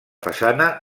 façana